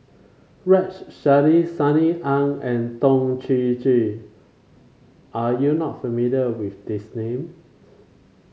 Rex Shelley Sunny Ang and Toh Chin Chye are you not familiar with these names